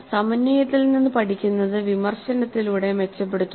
സമന്വയത്തിൽ നിന്ന് പഠിക്കുന്നത് വിമർശനത്തിലൂടെ മെച്ചപ്പെടുത്തുന്നു